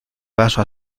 vaso